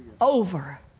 over